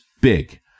big